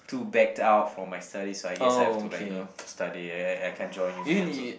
too backed out for my studies so I guess I have to like know study I I I can't join you man I'm so